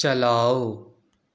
چلاؤ